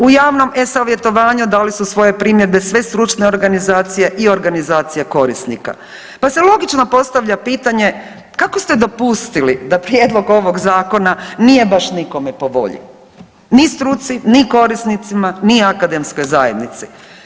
U javnom e-savjetovanju dali su svoje primjedbe sve stručne organizacije i organizacije korisnika, pa se logično postavlja pitanje kako ste dopustili da prijedlog ovog zakona nije baš nikome po volji, ni struci, ni korisnicima, ni akademskoj zajednici.